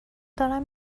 دارم